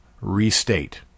Restate